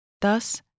Thus